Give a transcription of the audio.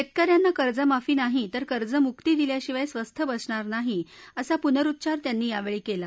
शेतकऱ्यांना कर्जमाफी नाही तर कर्ज मुक्ती दिल्याशिवाय स्वस्थ बसणार नाही असा पूनरुच्चार त्यांनी यावेळी केला